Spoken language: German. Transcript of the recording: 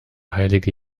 heilige